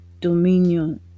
dominion